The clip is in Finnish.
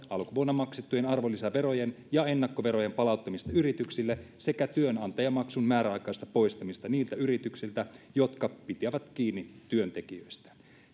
alkuvuonna maksettujen arvonlisäverojen ja ennakkoverojen palauttamista yrityksille sekä työnantajamaksun määräaikaista poistamista niiltä yrityksiltä jotka pitävät kiinni työntekijöistään